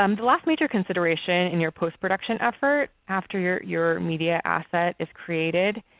um the last major consideration in your postproduction effort after your your media asset is created,